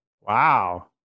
Wow